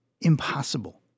impossible